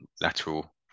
lateral